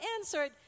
answered